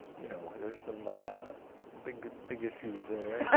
you know there's some big big issues there.